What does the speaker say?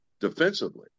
defensively